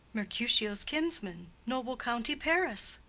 mercutio's kinsman, noble county paris!